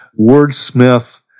wordsmith